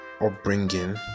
upbringing